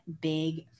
big